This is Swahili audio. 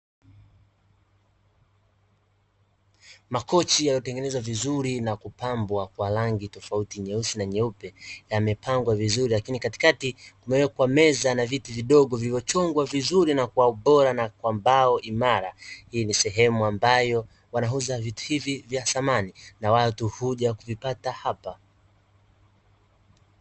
Makochi yanayotengenezwa vizuri na kupambwa kwa rangi tofauti (nyeusi na nyeupe) yamepangwa vizuri, lakini katikati kumewekwa meza na viti vidogo vilivyochongwa vizuri na kwa ubora na kwa mbao imara. Hii ni sehemu ambayo wanauza vitu hivi vya samani na watu huja kuvipata hapa.